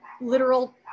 literal